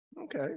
Okay